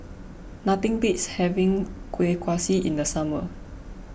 nothing beats having Kueh Kaswi in the summer